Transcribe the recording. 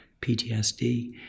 PTSD